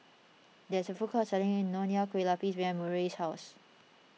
there is a food court selling Nonya Kueh Lapis behind Murray's house